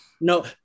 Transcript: No